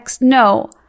no